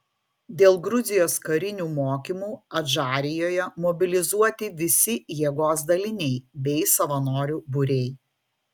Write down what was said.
dėl gruzijos karinių mokymų adžarijoje mobilizuoti visi jėgos daliniai bei savanorių būriai